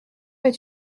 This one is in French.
est